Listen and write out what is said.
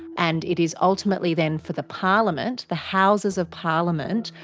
and it is ultimately then for the parliament, the houses of parliament,